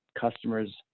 customers